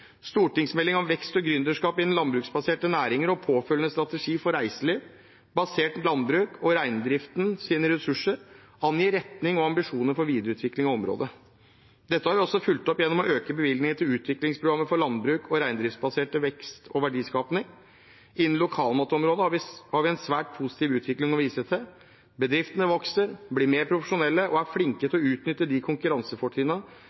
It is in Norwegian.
om vekst og gründerskap innen landbruksbaserte næringer og påfølgende strategi for reiseliv basert på landbruket og reindriftens ressurser angir retning og ambisjoner for videreutvikling av området. Dette har vi også fulgt opp gjennom å øke bevilgningen til Utviklingsprogrammet for landbruks- og reindriftsbasert vekst og verdiskaping. Innen lokalmatområdet har vi en svært positiv utvikling å vise til. Bedriftene vokser, blir mer profesjonelle og er flinke